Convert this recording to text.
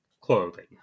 clothing